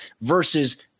versus